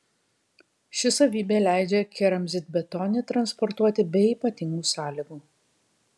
ši savybė leidžia keramzitbetonį transportuoti be ypatingų sąlygų